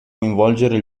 coinvolgere